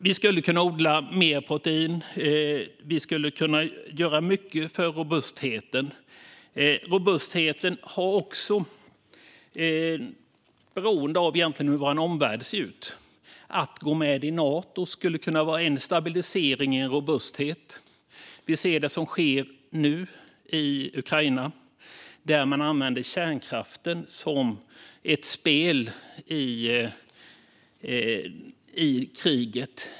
Vi skulle kunna odla mer protein. Vi skulle kunna göra mycket för robustheten, och robustheten är också beroende av hur vår omvärld ser ut. Att gå med i Nato skulle kunna stabilisera vår robusthet. I Ukraina använder man nu kärnkraften som ett spel i kriget.